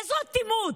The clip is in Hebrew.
איזו אטימות,